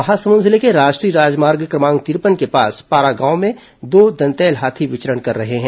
महासमुंद जिले के राष्ट्रीय राजमार्ग क्रमांक तिरपन के पास पारा गांव में दो दंतैल हाथी विचरण कर रहे हैं